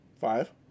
Five